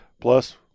plus